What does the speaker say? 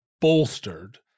bolstered